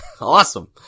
Awesome